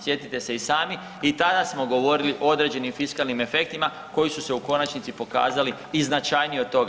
Sjetite se i sami, i tada smo govorili o određenim fiskalnim efektima koji su se u konačnici pokazali i značajniji od toga.